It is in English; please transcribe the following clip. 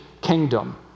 kingdom